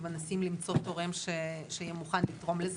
ומנסים למצוא תורם שיהיה מוכן לתרום לזה.